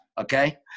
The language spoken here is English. okay